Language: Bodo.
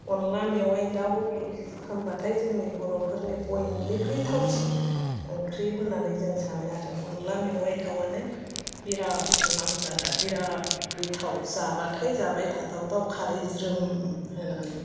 अनला मेवाय दाउ होनबाथाय जोंनि बर'फोरनि बइनिख्रुइ थावसिन ओंख्रि होननानै जों सानो आरो अनला मेवाय दउआनो बिराद नामजादा बिराद गोथाव जाबाथाय जाबाय थाथावथाव खारै ज्रोम होननानै